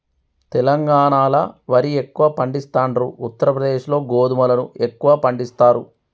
తెలంగాణాల వరి ఎక్కువ పండిస్తాండ్రు, ఉత్తర ప్రదేశ్ లో గోధుమలను ఎక్కువ పండిస్తారు